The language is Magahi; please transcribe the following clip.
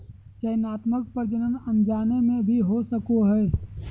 चयनात्मक प्रजनन अनजाने में भी हो सको हइ